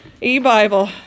e-bible